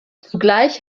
zugleich